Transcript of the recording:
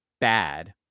bad